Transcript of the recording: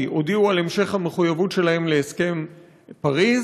הודיעו על המשך המחויבות שלהן להסכם פריז,